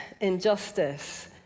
injustice